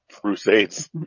Crusades